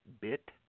Bit